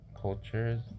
cultures